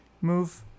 move